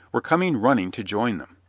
were coming running to join them.